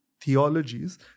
theologies